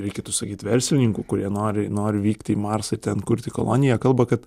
reikėtų sakyt verslininkų kurie nori nori vykti į marsą ir ten kurti koloniją kalba kad